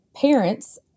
parents